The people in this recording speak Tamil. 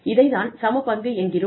இதைத் தான் சம பங்கு என்கிறோம்